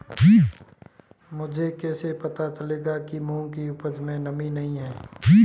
मुझे कैसे पता चलेगा कि मूंग की उपज में नमी नहीं है?